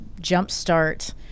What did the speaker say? jumpstart